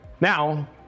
now